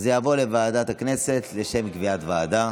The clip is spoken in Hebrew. אז זה יעבור לוועדת הכנסת לשם קביעת ועדה.